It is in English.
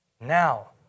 Now